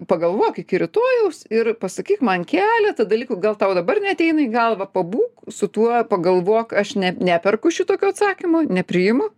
pagalvok iki rytojaus ir pasakyk man keletą dalykų gal tau dabar neateina į galvą pabūk su tuo pagalvok aš ne neperku šitokio atsakymo nepriimu